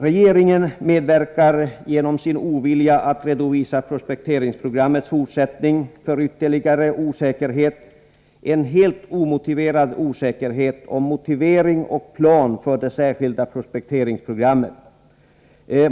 Regeringen medverkar genom sin ovilja att redovisa prospekteringsprogrammets fortsättning till en ytterligare och helt omotiverad osäkerhet om motivering och plan för det särskilda prospekteringsprogrammet.